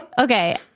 Okay